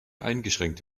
eingeschränkt